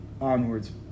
onwards